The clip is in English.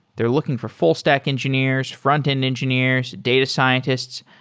they're looking for full stack engineers, frontend engineers, data scientists.